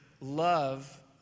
love